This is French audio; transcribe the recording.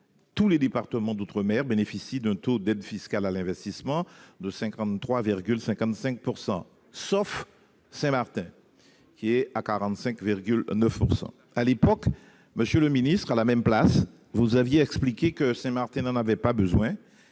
tous les départements d'outre-mer bénéficient d'un taux d'aide fiscale à l'investissement de 53,55 %, sauf Saint-Martin, dont le taux s'élève à 45,9 %. À l'époque, monsieur le ministre, à la même place, vous aviez expliqué que Saint-Martin n'en avait pas besoin